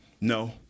No